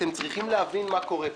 אתם צריכים להבין מה קורה פה.